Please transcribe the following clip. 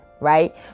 right